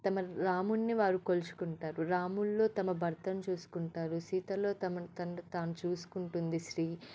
తమ రామున్ని వారు కొలుచుకుంటారు రాముడిల్లో తమ భర్తని చూసుకుంటారు సీతలో తమను తను తాను చూసుకుంటుంది స్త్రీ